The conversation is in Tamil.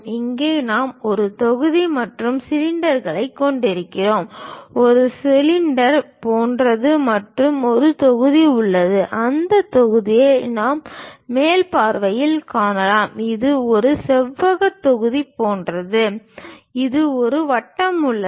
இங்கே நாம் ஒரு தொகுதி மற்றும் சிலிண்டர்களைக் கொண்டிருக்கிறோம் ஒரு சிலிண்டர் போன்றது மற்றும் ஒரு தொகுதி உள்ளது அந்தத் தொகுதியை நாம் மேல் பார்வையில் காணலாம் இது ஒரு செவ்வகத் தொகுதி போன்றது ஒரு வட்டம் உள்ளது